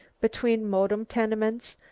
between modern tenements,